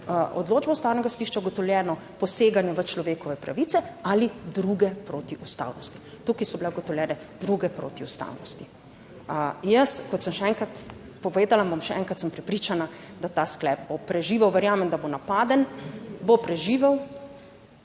odločbo Ustavnega sodišča ugotovljeno poseganje v človekove pravice ali druge protiustavnosti. Tukaj so bile ugotovljene druge protiustavnosti. Jaz, kot sem še enkrat povedala, bom še enkrat, sem prepričana, da ta sklep bo preživel, verjamem, da bo napaden, bo preživel,